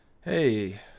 hey